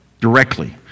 directly